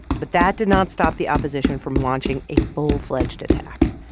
but that did not stop the opposition from launching a full-fledged attack.